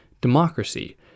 democracy